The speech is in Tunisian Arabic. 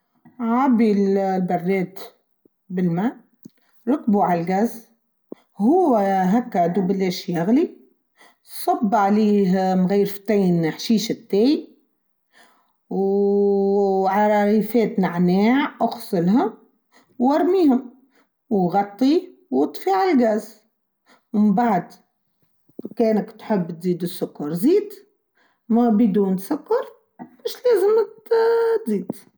عابي البراد بالماء ركبوه على الجاز هو هكا دوبلاش يغلي صب عليه مغيرفتين حشيشتين وعريفات نعناع اغسلها وارميهم وغطيه واطفيه على الجاز ومن بعد كانك تحب تزيد السكر زيت ما بدون سكر مش لازم تزيد.